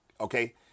Okay